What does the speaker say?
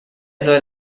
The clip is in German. soll